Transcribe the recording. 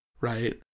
right